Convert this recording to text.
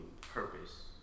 purpose